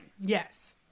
Yes